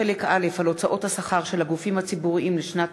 חלק א' על הוצאות השכר של הגופים הציבוריים לשנת